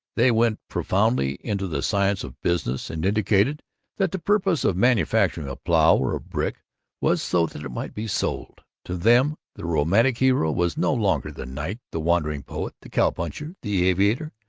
they went profoundly into the science of business, and indicated that the purpose of manufacturing a plow or a brick was so that it might be sold. to them, the romantic hero was no longer the knight, the wandering poet, the cowpuncher, the aviator,